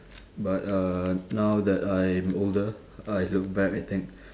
but uh now that I'm older I look back I think